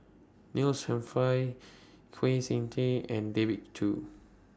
Neil Humphreys Kwek Siew Jin and David Kwo